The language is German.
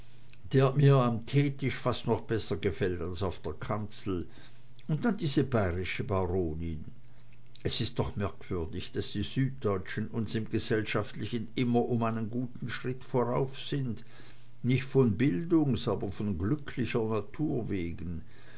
der mir am teetisch fast noch besser gefällt als auf der kanzel und dann diese bayrische baronin es ist doch merkwürdig daß die süddeutschen uns im gesellschaftlichen immer um einen guten schritt vorauf sind nicht von bildungs aber von glücklicher natur wegen